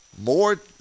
More